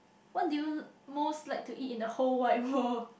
what did you l~ most like to eat in the whole wide world